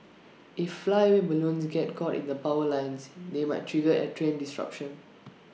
if flyaway balloons get caught in the power lines they might trigger A train disruption